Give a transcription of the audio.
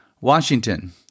Washington